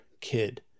kid